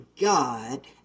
God